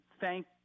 thank